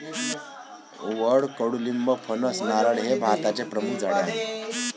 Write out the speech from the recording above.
वड, कडुलिंब, फणस, नारळ हे भारताचे प्रमुख झाडे आहे